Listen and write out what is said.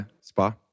Spa